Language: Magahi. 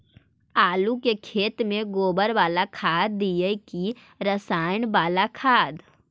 आलू के खेत में गोबर बाला खाद दियै की रसायन बाला खाद?